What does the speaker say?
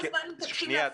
שנייה,